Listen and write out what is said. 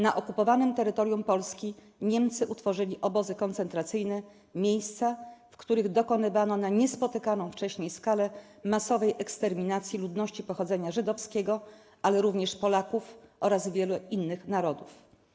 Na okupowanym terytorium Polski Niemcy utworzyli obozy koncentracyjne - miejsca, w których dokonywano na niespotykaną wcześniej skalę masowej eksterminacji ludności pochodzenia żydowskiego, ale również Polaków oraz wielu innych narodów.